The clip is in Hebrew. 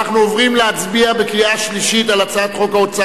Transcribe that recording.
אנחנו עוברים להצביע בקריאה שלישית על הצעת חוק ההוצאה